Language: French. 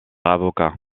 avocat